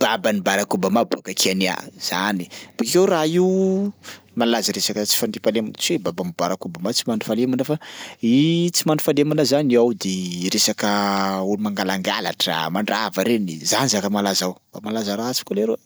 baban'i Barak Obama boaka Kenia zany. Bakeo raha io malaza resaka tsy fahandriam-pahalemana tsy hoe baban'i Barak Obama tsy mandry fahalemana fa tsy mandry fahalemana zany ao de resaka olo mangalangalatra, mandrava reny, zany zaka malaza ao, mba malaza ratsy koa leroa.